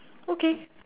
okay